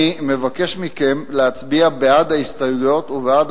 אני מבקש מכם להצביע בעד ההסתייגויות ובעד